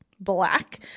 Black